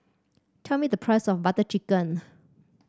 tell me the price of Butter Chicken